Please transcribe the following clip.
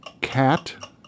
Cat